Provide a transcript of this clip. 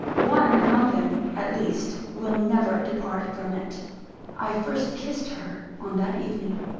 one among them, at least, will never depart from it i first kissed her on that evening.